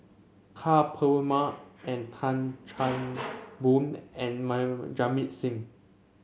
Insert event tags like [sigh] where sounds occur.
Ka Perumal and Tan [noise] Chan Boon and my Jamit Singh